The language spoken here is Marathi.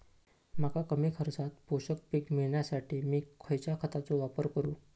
मका कमी खर्चात पोषक पीक मिळण्यासाठी मी खैयच्या खतांचो वापर करू?